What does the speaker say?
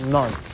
None